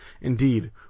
Indeed